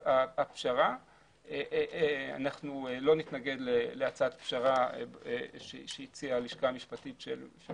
אנחנו לא נתנגד להצעת פשרה שהציעה הלשכה המשפטית של